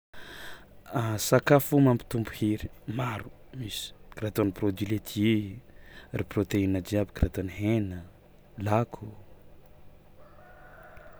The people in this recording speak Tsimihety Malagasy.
A sakafo mampitombo hery, maro misy karaha toy ny produits laitiers, ry prôteina jiaby, karaha toy ny hena, lako.